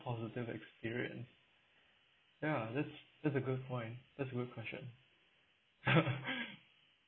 positive experience ya that's that's a good point that's a good question